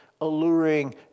alluring